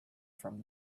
from